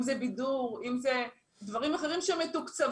אם זה בידור או דברים אחרים שמתוקצבים.